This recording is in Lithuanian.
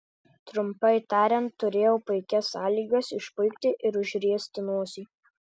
trumpai tariant turėjau puikias sąlygas išpuikti ir užriesti nosį